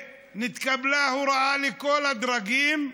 התקבלה הוראה לכל הדרגים: